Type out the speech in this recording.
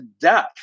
death